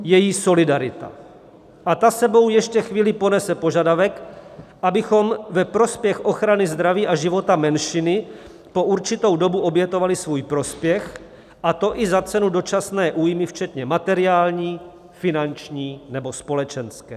Je jí solidarita a ta s sebou ještě chvíli ponese požadavek, abychom ve prospěch ochrany zdraví a života menšiny po určitou dobu obětovali svůj prospěch, a to i za cenu dočasné újmy včetně materiální, finanční nebo společenské.